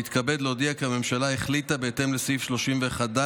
אני מתכבד להודיע כי הממשלה החליטה בהתאם לסעיף 31(ד)